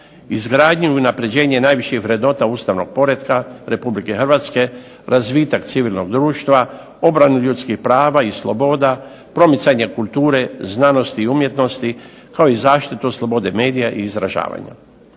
izgradnju i unapređenje najviših vrednota ustavnog poretka Republike Hrvatske, razvitak civilnog društva, obranu ljudskih prava i sloboda, promicanje kulture, znanosti i umjetnosti, kao i zaštitu slobode medija i izražavanje.